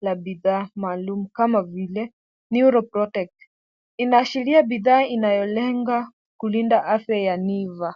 la bidhaa maalum kama vile neuro protect, inashiria bidhaa inayolenga kulinda afya ya liver .